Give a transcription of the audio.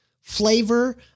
flavor